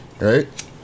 right